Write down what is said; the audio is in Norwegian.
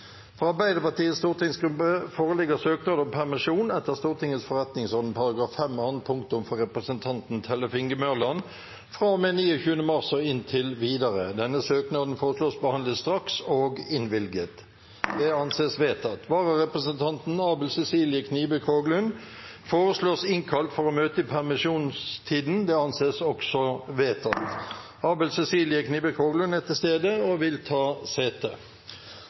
Fra Arbeiderpartiets stortingsgruppe foreligger søknad om permisjon etter Stortingets forretningsorden § 5 annet punktum for representanten Tellef Inge Mørland fra og med 29. mars og inntil videre. Etter forslag fra presidenten ble enstemmig besluttet: Søknaden behandles straks og innvilges. Vararepresentanten, Abel Cecilie Knibe Kroglund , innkalles for å møte i permisjonstiden. Abel Cecilie Knibe Kroglund er til stede og vil ta sete.